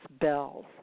bells